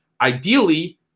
ideally